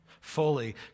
fully